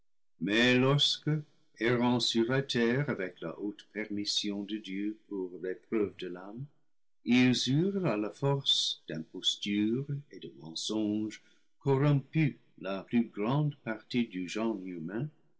mais lorsque errant sur la terre avec la haute permission de dieu pour l'épreuve de l'homme ils eurent à force d'impostures et de mensonges corrompu la plus grande partie du genre humain